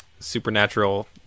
supernatural